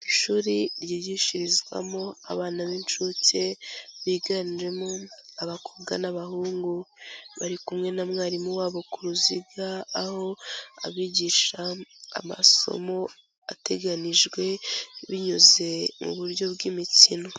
Ishuri ryigishirizwamo abana b'incuke, biganjemo abakobwa n'abahungu bari kumwe na mwarimu wabo ku ruziga, aho abigisha amasomo ateganijwe binyuze mu buryo bw'imikino.